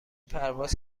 پرواز